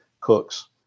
cooks